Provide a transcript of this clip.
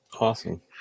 Awesome